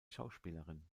schauspielerin